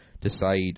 decide